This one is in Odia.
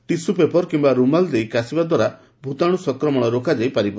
ଟିସୁ ପେପର କିମ୍ବା ରୁମାଲ ଦେଇ କାଶିବା ଦ୍ୱାରା ଭୂତାଣୁ ସଂକ୍ରମଣ ରୋକାଯାଇ ପାରିବ